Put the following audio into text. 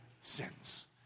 sins